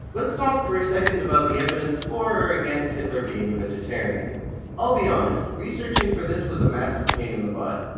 lets talk for a second about the evidence for or against hitler being a vegetarian i'll be honest, researching for this was a massive pain in the butt.